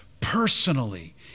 personally